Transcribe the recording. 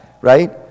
Right